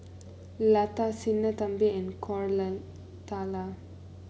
Lata Sinnathamby and Koratala